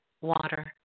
water